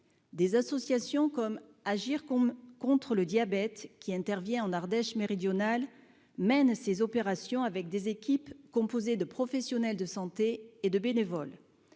des associations comme Agir, qu'on me contre le diabète qui intervient en Ardèche méridionale mène ses opérations avec des équipes composées de professionnels de santé et de bénévoles